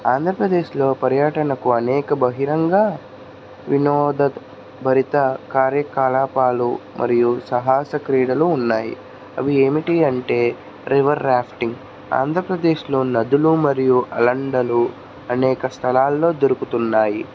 ఆంధ్రప్రదేశ్లో పర్యటనకు అనేక బహిరంగ వినోద భరిత కార్యకలాపాలు మరియు సహస క్రీడలు ఉన్నాయి అవి ఏమిటి అంటే రివర్ ర్యాఫ్టింగ్ ఆంధ్రప్రదేశ్లో నదులు మరియు అలాండలు అనేక స్థలాల్లో దొరుకుతున్నాయి